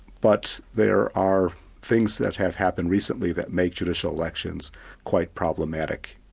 but there are things that have happened recently that make judicial elections quite problematic.